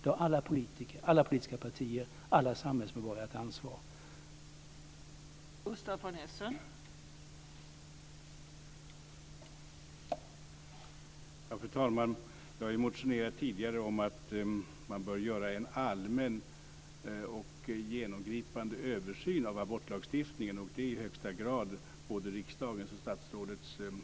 Det har alla politiker, alla politiska partier och alla samhällsmedborgare ett ansvar för.